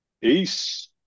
peace